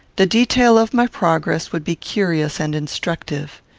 the detail of my progress would be curious and instructive.